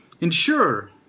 Ensure